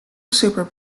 super